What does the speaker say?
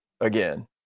again